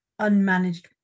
unmanaged